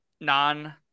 non